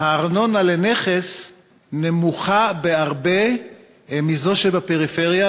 הארנונה לנכס נמוכה בהרבה מזו שבפריפריה.